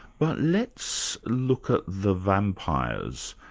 but let's look at the vampires,